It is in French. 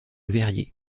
verrier